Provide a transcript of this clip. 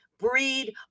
breed